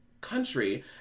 country